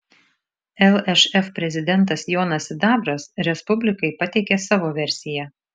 lšf prezidentas jonas sidabras respublikai pateikė savo versiją